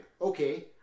okay